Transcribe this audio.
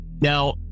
Now